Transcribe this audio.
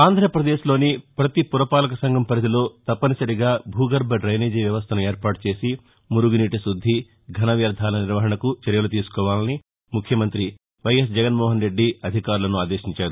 ఆంధ్రాప్రదేశ్లోని ప్రతి పురపాలకసంఘం పరిధిలో తప్పనిసరిగా భూగర్భ డైనేజీ వ్యవస్థను ఏర్పాటు చేసి మురుగునీటి శుద్ది ఘన వ్యర్దాల నిర్వహణకు చర్యలు తీసుకోవాలని ముఖ్యమంతి వైఎస్ జగన్మోహన్రెద్ది అధికారులను ఆదేశించారు